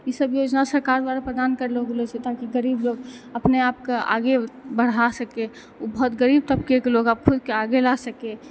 ई सब योजना सरकार द्वारा प्रदान करलऽ गेलऽ छै ताकि गरीब लोक अपने आपके आगे बढ़ा सकै ओ बहुत गरीब तबकेके लोक आब खुलिके आगे ला सकै